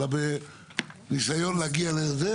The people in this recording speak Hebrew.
אלא ניסיון להגיע להסכמה,